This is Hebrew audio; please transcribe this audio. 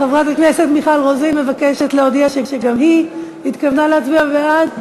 חברת הכנסת מיכל רוזין מבקשת להודיע שגם היא התכוונה להצביע בעד.